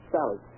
Sally